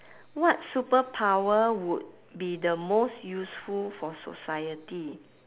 what superpower would be the most useful for society